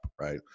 right